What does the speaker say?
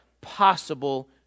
possible